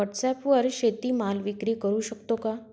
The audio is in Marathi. व्हॉटसॲपवर शेती माल विक्री करु शकतो का?